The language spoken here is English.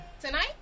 Tonight